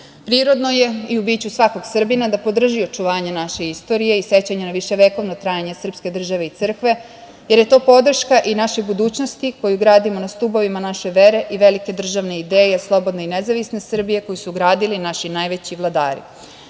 je i u biću svakog Srbina da podrži očuvanje naše istorije i sećanja na viševekovno trajanje srpske države i crkve, jer je to podrška i našoj budućnosti, koju gradimo na stubovima naše vere i velike državne ideje - slobodne i nezavisne Srbije, koju su gradili naši najveći vladari. Smatram